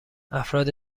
افراد